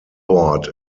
board